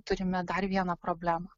turime dar vieną problemą